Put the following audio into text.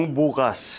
bukas